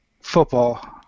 football